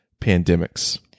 pandemics